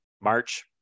March